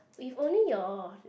if only your